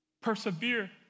Persevere